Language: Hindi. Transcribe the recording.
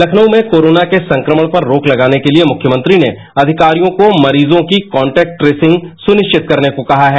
लखनऊ में कोराना के संक्रमण पर रोक लगाने के लिए मुख्यमंत्री ने अधिकारियों को मरीजों की कांटेक्ट ट्रेसिंग सुनिश्चित करने को कहा है